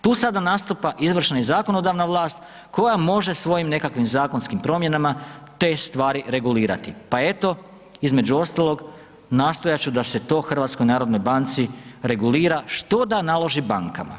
Tu sada nastupa izvršna i zakonodavna vlast koja može svojim nekakvim zakonskim promjenama te stvari regulirati pa eto između ostalog, nastojat ću da se to u HNB-u regulira što da naloži bankama.